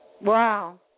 wow